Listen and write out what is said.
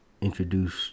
introduce